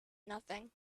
nothing